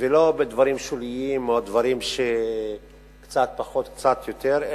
ולא בדברים שוליים או בדברים שקצת פחות או קצת יותר,